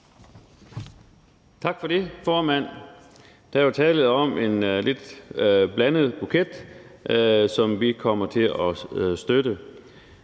Tak for det, formand. Der er jo tale om en lidt blandet buket, som vi kommer til at støtte.